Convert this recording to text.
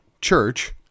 Church